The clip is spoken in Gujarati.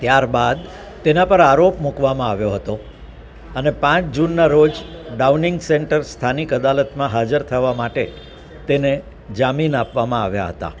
ત્યારબાદ તેના પર આરોપ મૂકવામાં આવ્યો હતો અને પાંચ જૂનના રોજ ડાઉનિંગ સેન્ટર સ્થાનિક અદાલતમાં હાજર થવા માટે તેને જામીન આપવામાં આવ્યા હતા